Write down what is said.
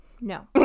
no